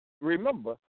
Remember